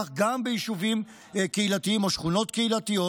כך גם ביישובים קהילתיים או שכונות קהילתיות.